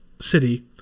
city